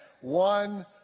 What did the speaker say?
one